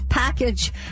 Package